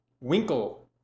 winkle